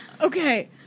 Okay